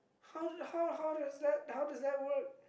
how how how does that how does that work